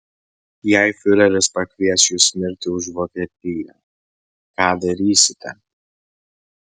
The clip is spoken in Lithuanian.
jei fiureris pakvies jus mirti už vokietiją ką darysite